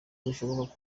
bishoboka